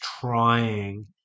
trying